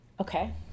okay